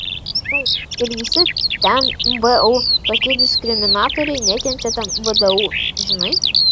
taip ir visi ten vu tokie diskriminatoriai nekenčia ten vdu žinai